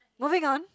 moving on